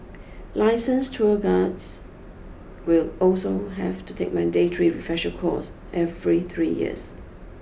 licensed tour guards will also have to take mandatory refresher course every three years